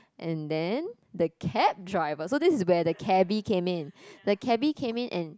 and then the cab driver so this is where the cabbie came in the cabbie came in and